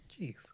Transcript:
Jeez